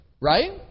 right